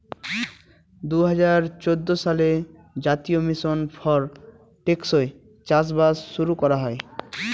দুই হাজার চৌদ্দ সালে জাতীয় মিশন ফর টেকসই চাষবাস শুরু করা হয়